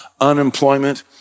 unemployment